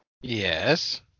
Yes